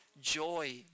joy